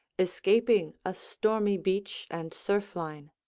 escaping a stormy beach and surf-line.